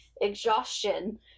exhaustion